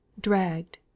dragged